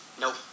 Nope